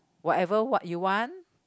whatever what you want